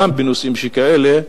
גם בנושאים שכאלה,